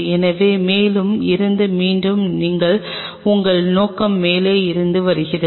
எனவே மேலே இருந்து மீண்டும் உங்கள் நோக்கம் மேலே இருந்து வருகிறது